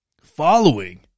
following